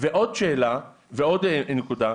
ועוד נקודה,